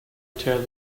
tear